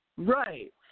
Right